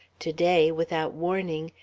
to-day, without warning,